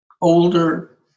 Older